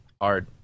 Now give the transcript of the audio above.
Hard